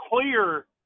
clear